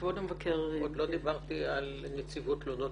כבוד המבקר -- עוד לא דיברתי על נציבות תלונות